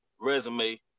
resume